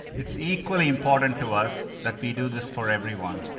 it's equally important to us that we do this for everyone.